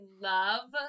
love